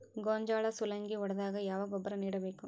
ಗೋಂಜಾಳ ಸುಲಂಗೇ ಹೊಡೆದಾಗ ಯಾವ ಗೊಬ್ಬರ ನೇಡಬೇಕು?